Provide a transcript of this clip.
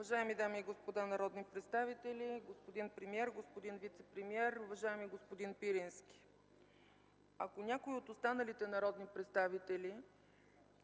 Уважаеми дами и господа народни представители, господин премиер, господин вицепремиер, уважаеми господин Пирински! Ако някой от останалите народни представители